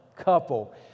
couple